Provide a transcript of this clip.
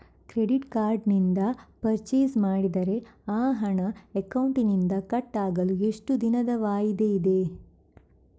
Credit card ನಿಂದ purchase ಮಾಡಿದರೆ ಆ ಹಣ ಅಕೌಂಟಿನಿಂದ ಕಟ್ ಆಗಲು ಎಷ್ಟು ದಿನದ ವಾಯಿದೆ ಇದೆ?